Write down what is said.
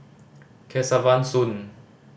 Kesavan Soon